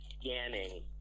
scanning